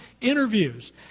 interviews